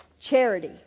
Charity